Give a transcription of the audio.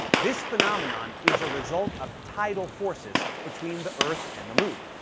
this phenomenon is a result of tidal forces between the earth and the moon,